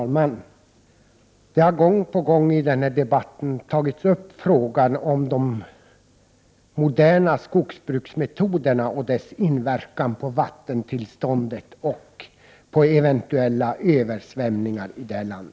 Herr talman! Gång på gång har man i den här debatten tagit upp frågan om de moderna skogsbruksmetoderna och deras inverkan på vattenståndet och sambandet med eventuella översvämningar.